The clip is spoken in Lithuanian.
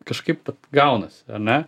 kažkaip gaunasi ar ne